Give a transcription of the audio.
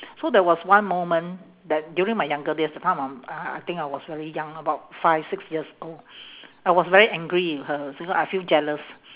so there was one moment that during my younger days that time I'm uh I think I was very young about five six years old I was very angry with her because I feel jealous